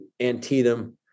Antietam